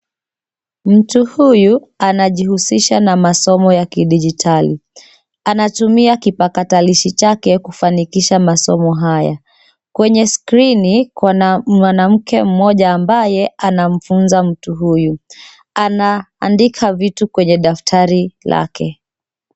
Mtu huyu anajihusisha na masomo ya kijidijitali Anatumia kijipakatilishi chake kufanikisha masomo haya. Kwenye skirini kuna mwanamke mmoja ambaye anamfunza mtu huyu. Anaandika vitu kwenye daftari lake.